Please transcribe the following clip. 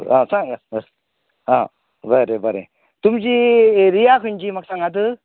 आं सांग आं बरें बरें तुमची एरिया खंयची म्हाका सांगात